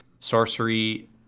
sorcery